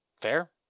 Fair